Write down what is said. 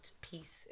peace